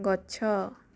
ଗଛ